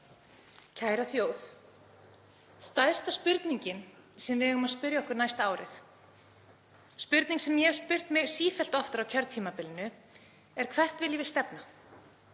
Kæra þjóð. Stærsta spurningin sem við eigum að spyrja okkur næsta árið er spurning sem ég hef spurt mig sífellt oftar á kjörtímabilinu: Hvert viljum við stefna?